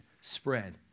spread